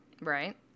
right